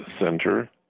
center